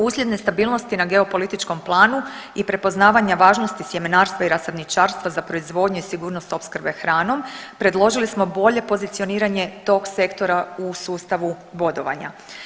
Uslijed nestabilnosti na geopolitičkom planu i prepoznavanja važnosti sjemenarstva i rasadničarstva za proizvodnju i sigurnost opskrbe hranom predložili smo bolje pozicioniranje toga sektora u sustavu bodovanja.